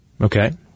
Okay